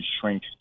shrink